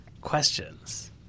questions